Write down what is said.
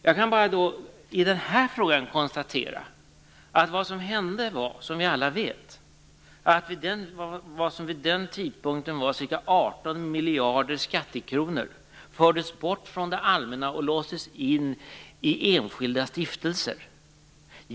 I den här frågan kan jag bara konstatera att vad som hände, och det vet alla, var att det vid den aktuella tidpunkten var ca 18 miljarder i skattekronor som fördes bort från det allmänna och som låstes in i enskilda stiftelser.